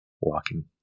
Walking